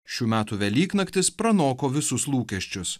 šių metų velyknaktis pranoko visus lūkesčius